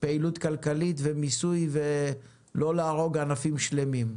פעילות כלכלית ומיסוי ולא להרוג ענפים שלמים.